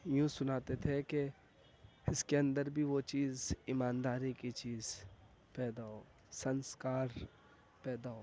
یوں سناتے تھے کہ اس کے اندر بھی وہ چیز ایمانداری کی چیز پیدا ہو سنسکار پیدا ہو